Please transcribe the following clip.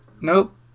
nope